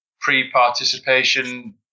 pre-participation